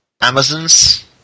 Amazons